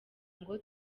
ngo